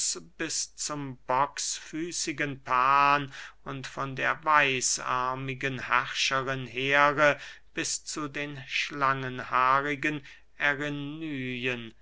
bis zum bocksfüßigen pan und von der weißarmigen herrscherin here bis zu den schlangenhaarigen